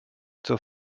zur